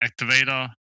activator